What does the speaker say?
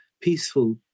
peaceful